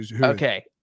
Okay